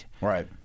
Right